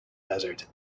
desert